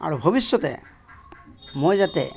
আৰু ভৱিষ্যতে মই যাতে